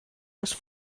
les